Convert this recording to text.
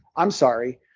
i'm sorry,